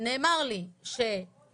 נאמר לי שלוקח